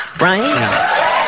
right